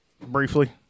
Briefly